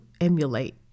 emulate